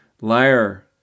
liar